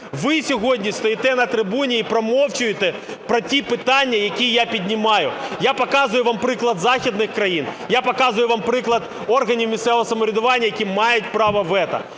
Ви сьогодні стоїте на трибуні і промовчуєте про ті питання, які я піднімаю. Я показую вам приклад західних країн, я показую вам приклад органів місцевого самоврядування, які мають право вето.